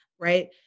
right